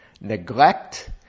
neglect